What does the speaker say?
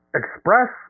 express